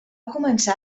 començar